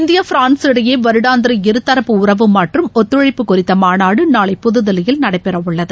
India France இடையே வருடாந்திர இரு தரப்பு உறவு மற்றும் ஒத்துழைப்பு குறித்த மாநாடு நாளை புதுதில்லியில் நடைபெற உள்ளது